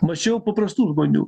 mačiau paprastų žmonių